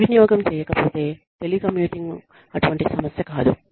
దుర్వినియోగం చేయకపోతే టెలికమ్యుటింగ్ అటువంటి సమస్య కాదు